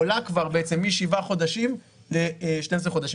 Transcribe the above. עולה משבעה חודשים ל-12 חודשים.